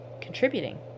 contributing